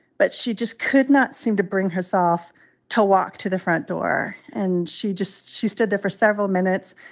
but she just could not seem to bring herself to walk to the front door. and she just she stood there for several minutes,